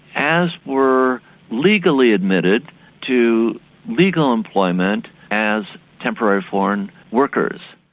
as were legally admitted to legal employment as temporary foreign workers.